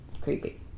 Creepy